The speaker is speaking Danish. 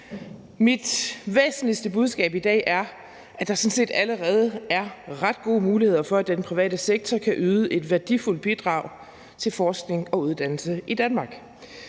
Mit væsentligste budskab i dag er, at der sådan set allerede er ret gode muligheder for, at den private sektor kan yde et værdifuldt bidrag til forskning og uddannelse i Danmark.